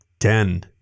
Ten